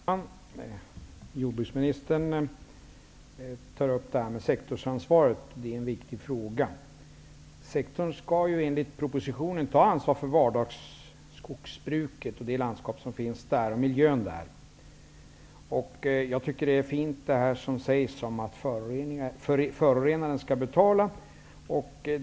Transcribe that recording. Herr talman! Jordbruksministern tar upp det här med sektorsansvaret. Det är en viktig fråga. Sektorn skall ju enligt propositionen ta ansvar för vardagsskogsbruket och det landskap och den miljö som finns där. Det som sägs om att förorenaren skall betala tycker jag är fint.